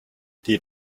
die